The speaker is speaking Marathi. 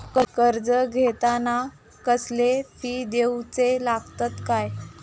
कर्ज घेताना कसले फी दिऊचे लागतत काय?